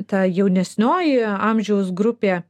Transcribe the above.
ta jaunesnioji amžiaus grupė